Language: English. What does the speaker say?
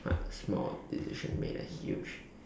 what small decision make a huge